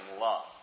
love